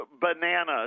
bananas